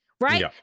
right